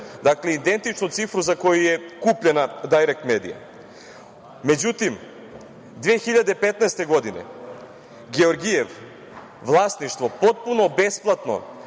Dakle, identičnu cifru za koju je kupljena „Dajrekt medija“. Međutim, 2015. godine Georgiev vlasništvo potpuno besplatno